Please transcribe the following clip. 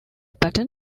pattern